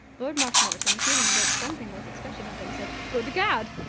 lord marshmoreton, feeling that something was expected of him, said good gad!